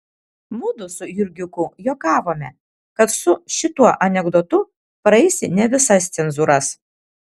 mudu su jurgiuku juokavome kad su šituo anekdotu praeisi ne visas cenzūras